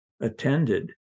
attended